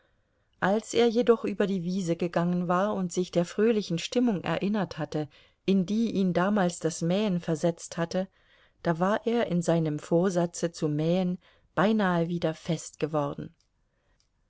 als er jedoch über die wiese gegangen war und sich der fröhlichen stimmung erinnert hatte in die ihn damals das mähen versetzt hatte da war er in seinem vorsatze zu mähen beinahe wieder fest geworden